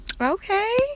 Okay